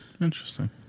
Interesting